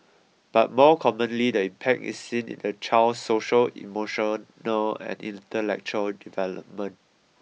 but more commonly the impact is seen in the child's social emotional and intellectual development